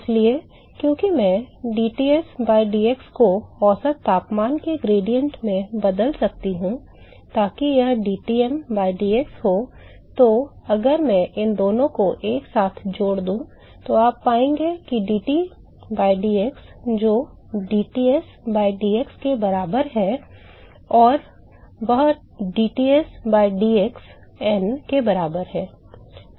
इसलिए क्योंकि मैं dTs by dx को औसत तापमान के ग्रेडिएंट से बदल सकता हूँ ताकि यह dTm by dx हो तो अगर मैं इन दोनों को एक साथ जोड़ दूं तो आप पाएंगे कि dT बटा dx जो dTs by dx के बराबर है और वह dTs by dx n के भी बराबर है